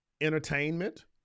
entertainment